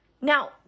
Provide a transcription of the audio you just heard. Now